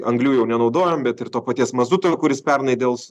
anglių jau nenaudojam bet ir to paties mazuto kuris pernai dėl s